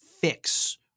fix